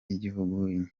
y’igihugu